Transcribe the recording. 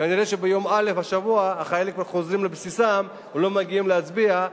כנראה ביום ראשון בשבוע החיילים כבר חוזרים לבסיסיהם ולא מגיעים להצביע,